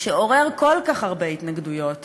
שעורר כל כך הרבה התנגדויות,